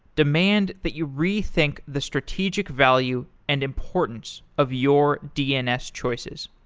demand that you rethink the strategic value and importance of your dns choices.